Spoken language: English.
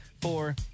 four